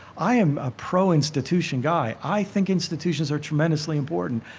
i am a pro institution guy. i think institutions are tremendously important.